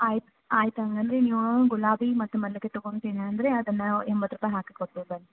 ಆಯ್ತು ಆಯ್ತು ಹಾಗಾದ್ರೆ ನೀವೂ ಗುಲಾಬಿ ಮತ್ತು ಮಲ್ಲಿಗೆ ತಗೊತಿನಂದ್ರೆ ಅದನ್ನು ನಾವು ಎಂಬತ್ತು ರೂಪಾಯಿ ಹಾಕಿ ಕೊಡ್ತೇವೆ ಬನ್ನಿ